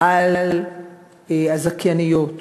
על הזכייניות